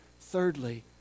Thirdly